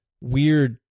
weird